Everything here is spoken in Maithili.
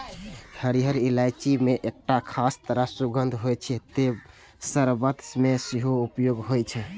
हरियर इलायची मे एकटा खास तरह सुगंध होइ छै, तें शर्बत मे सेहो उपयोग होइ छै